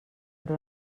però